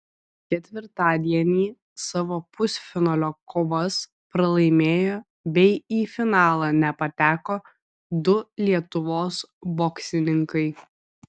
ketvirtadienį savo pusfinalio kovas pralaimėjo bei į finalą nepateko du lietuvos boksininkai